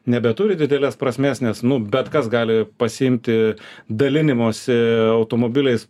nebeturi didelės prasmės nes nu bet kas gali pasiimti dalinimosi automobiliais